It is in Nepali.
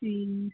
ए